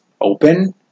open